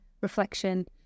reflection